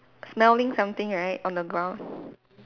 smelling something right on the ground